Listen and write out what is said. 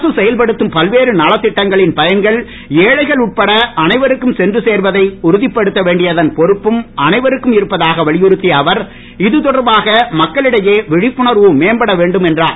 அரசு செயல்படுத்தும் பல்வேறு நலத்திட்டங்களின் பயன்கள் ஏழைகள் உட்பட அனைவருக்கும் சென்று சேர்வதை உறுதிப்படுத்த வேண்டியதன் பொறுப்பும் அனைவருக்கும் இருப்பதாக வலியுறுத்திய அவர் இது தொடர்பாக மக்களிடையே விழிப்புணர்வு மேம்படவேண்டும் என்றார்